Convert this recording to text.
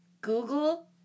Google